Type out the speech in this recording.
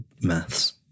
maths